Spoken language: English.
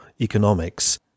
economics